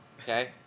okay